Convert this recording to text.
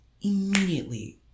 immediately